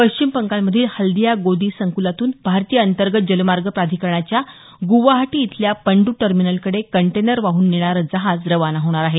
पश्चिम बंगालमधील हल्दिया गोदी संकुलातून भारतीय अंतर्गत जलमार्ग प्राधिकरणाच्या गुवाहाटी इथल्या पंडू टर्मिनलकडे कंटेनर वाहून नेणारं जहाज खाना होणार आहे